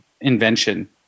invention